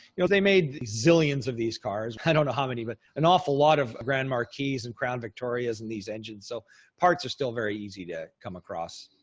you know, they made zillions of these cars, i don't know how many, but an awful lot of grand marquees and crown victorias in these engines. so parts are still very easy to come across.